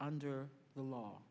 under the law